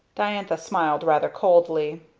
diantha smiled rather coldly.